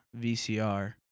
VCR